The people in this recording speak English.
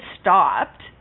stopped